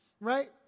right